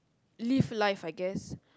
live life I guess